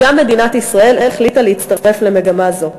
גם מדינת ישראל החליטה להצטרף למגמה זו.